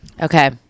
Okay